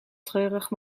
treurig